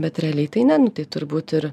bet realiai tai ne nu tai turbūt ir